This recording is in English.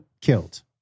killed